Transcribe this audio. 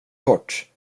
kort